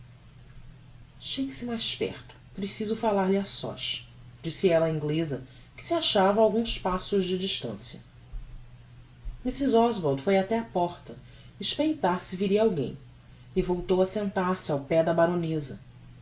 chegue-se mais perto preciso falar-lhe a sós disse ella á ingleza que se achava a alguns passos de distancia mrs oswald foi ate a porta espreitar se viria alguém e voltou a sentar-se ao pé da baroneza